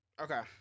Okay